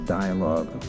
dialogue